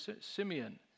Simeon